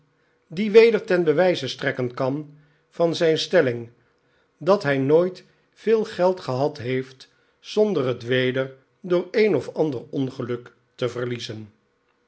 dat hi nooit veel geld gehad heeft zonder het weder door een of ander ongeluk te verliezen